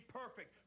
perfect